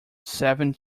seven